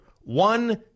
One